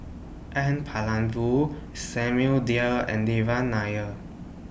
N Palanivelu Samuel Dyer and Devan Nair